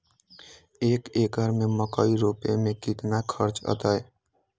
एक एकर में मकई रोपे में कितना खर्च अतै?